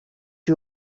you